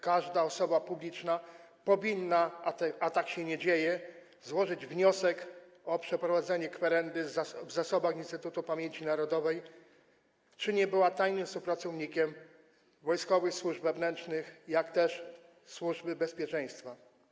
Każda osoba publiczna powinna, a tak się nie dzieje, złożyć wniosek o przeprowadzenie kwerendy w zasobach Instytutu Pamięci Narodowej, czy nie była tajnym współpracownikiem Wojskowych Służb Wewnętrznych, czy też Służby Bezpieczeństwa.